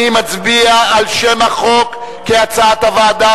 אני מצביע על שם החוק כהצעת הוועדה.